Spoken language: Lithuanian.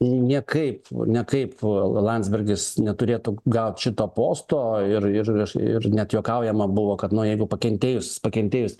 niekaip nekaip landsbergis neturėtų gaut šito posto ir ir ir net juokaujama buvo kad nu jeigu pakentėjus pakentėjus keturis